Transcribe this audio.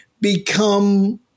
become